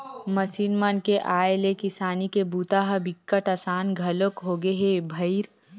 machine मन के आए ले किसानी के बूता ह बिकट असान घलोक होगे हे भईर